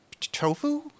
tofu